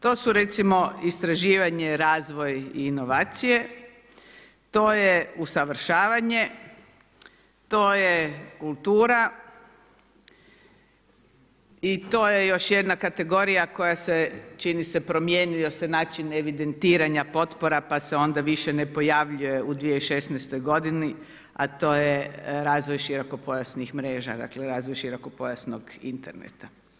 To su recimo istraživanje, razvoj, inovacije, to je usavršavanje, to je kultura i to je još jedna kategorija koja se čini se promijenio se način evidentiranja potpora pa se onda više ne pojavljuje u 2016. godini, a to je razvoj širokopojasnih mreža, dakle razvoj širokopojasnog interneta.